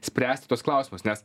spręsti tuos klausimus nes